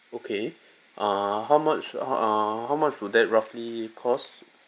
okay err how much err how much would that roughly costs